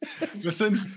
Listen